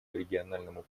региональному